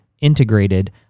integrated